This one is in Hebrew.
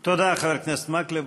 תודה, חבר הכנסת מקלב.